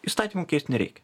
įstatymų keist nereikia